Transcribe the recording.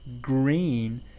green